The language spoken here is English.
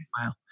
Wow